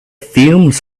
fumes